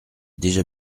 déjà